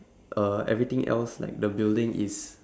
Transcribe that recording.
uh everything else like the building is